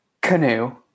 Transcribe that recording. Canoe